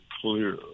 clear